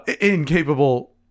incapable